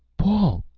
paul.